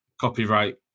copyright